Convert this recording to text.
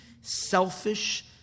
selfish